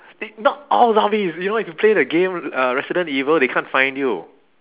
it not all zombies you know if you play the game uh resident evil they can't find you